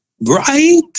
Right